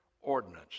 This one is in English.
ordinance